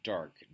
Dark